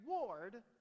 reward